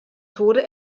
tode